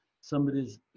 somebody's